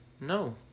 No